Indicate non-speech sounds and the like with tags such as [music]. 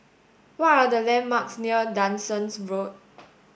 what are the landmarks near [unintelligible] Road